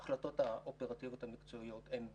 ההחלטות האופרטיביות המקצועיות הן בידיה.